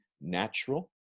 natural